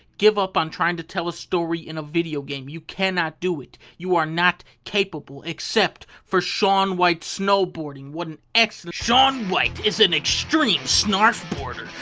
give up on trying to tell a story in a video game. you cannot do it. you are not capable except for shaun white snowboarding. what an excellent shaun white is an extreme snarf boarder,